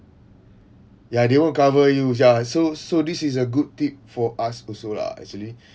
ya they won't cover you sia so so this is a good tip for us also lah actually